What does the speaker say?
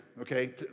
okay